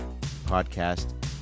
podcast